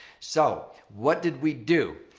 so, what did we do?